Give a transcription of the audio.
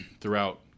throughout